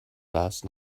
last